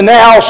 now